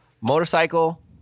motorcycle